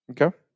Okay